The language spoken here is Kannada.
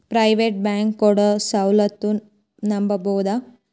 ಪ್ರೈವೇಟ್ ಬ್ಯಾಂಕ್ ಕೊಡೊ ಸೌಲತ್ತು ನಂಬಬೋದ?